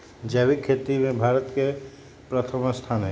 जैविक खेती में भारत के प्रथम स्थान हई